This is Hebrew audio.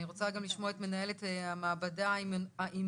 אני רוצה גם לשמוע את מנהלת המעבדה האימונולוגית